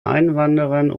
einwanderern